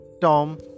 Tom